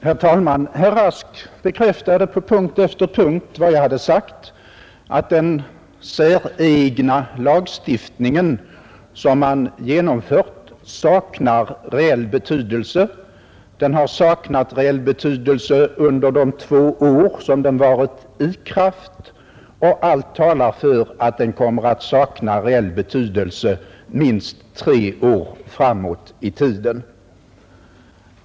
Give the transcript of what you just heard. Herr talman! Herr Rask bekräftade på punkt efter punkt vad jag hade sagt: att den säregna lagstiftning som man genomfört saknar reell betydelse. Den har saknat reell betydelse under de två år som den varit i kraft, och allt talar för att den kommer att sakna reell betydelse minst tre år framåt i tiden.